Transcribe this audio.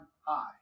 high